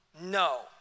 No